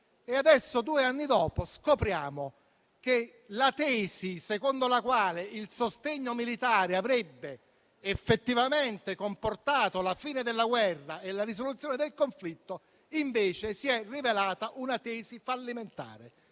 Adesso, due anni dopo, scopriamo che la tesi secondo la quale il sostegno militare avrebbe effettivamente comportato la fine della guerra e la risoluzione del conflitto si è rivelata invece fallimentare,